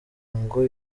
ngo